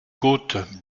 côte